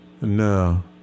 No